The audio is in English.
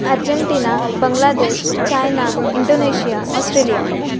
Argentina Bangladesh China Indonesia Australia